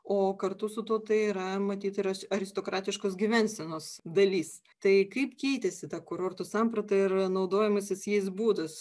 o kartu su tuo tai yra matyt yra aristokratiškos gyvensenos dalis tai kaip keitėsi ta kurortų samprata ir naudojimasis jais būdas